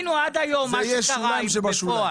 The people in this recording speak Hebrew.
זה יהיה בשוליים שבשוליים.